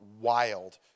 wild